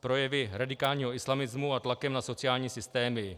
projevy radikálního islamismu a tlakem na sociální systémy.